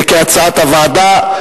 כהצעת הוועדה?